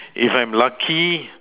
if I'm lucky